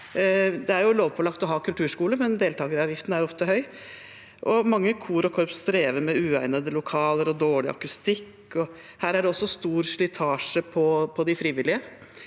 Det er lovpålagt å ha kulturskole, men deltakeravgiften er ofte høy, og mange kor og korps strever med uegnede lokaler og dårlig akustikk. Her er det også stor slitasje på de frivillige.